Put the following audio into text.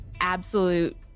absolute